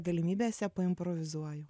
galimybėse improvizuoju